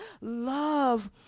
love